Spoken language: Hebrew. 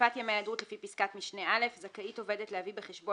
"(ב)בזקיפת ימי היעדרות לפי פסקת משנה (א) זכאית עובדת להביא בחשבון,